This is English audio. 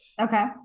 okay